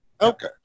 Okay